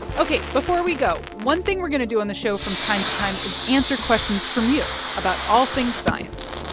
ok. before we go, one thing we're going to do on the show from time to time is answer questions from you about all things science.